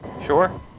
Sure